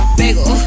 bagel